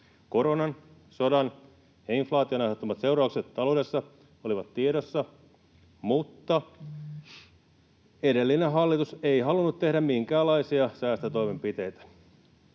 Koronan, sodan ja inflaation aiheuttamat seuraukset taloudessa olivat tiedossa, mutta edellinen hallitus ei halunnut tehdä minkäänlaisia säästötoimenpiteitä.